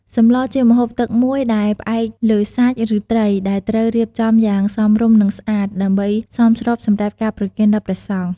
សម្លជាម្ហូបទឹកមួយដែលផ្អែកលើសាច់ ឬត្រី ដែលត្រូវរៀបចំយ៉ាង សមរម្យ និងស្អាត ដើម្បីសមស្របសម្រាប់ការប្រគេនដល់ព្រះសង្ឃ។